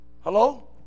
Hello